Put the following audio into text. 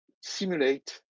simulate